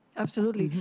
absolutely.